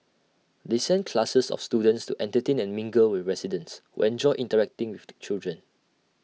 they send classes of students to entertain and mingle with residents who enjoy interacting with the children